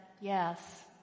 yes